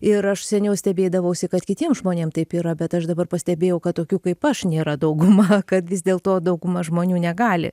ir aš seniau stebėdavausi kad kitiem žmonėm taip yra bet aš dabar pastebėjau kad tokių kaip aš nėra dauguma kad vis dėlto dauguma žmonių negali